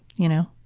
you know?